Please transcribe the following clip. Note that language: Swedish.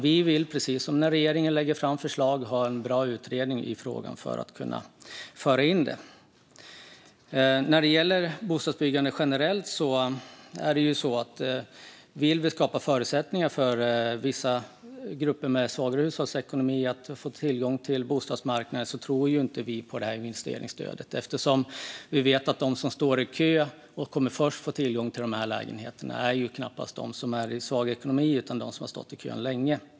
Vi vill, precis som regeringen vill när man lägger fram förslag, ha en bra utredning av frågan för att kunna föra in frågan i vår budget. I fråga om bostadsbyggande generellt vill vi skapa förutsättningar för vissa grupper med svagare hushållsekonomi att få tillgång till bostadsmarknaden, och därmed tror vi inte på investeringsstödet. Vi vet att de som står i kö och först får tillgång till lägenheterna knappast är de med svaga ekonomier utan de som har stått i kön länge.